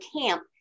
camp